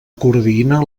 coordina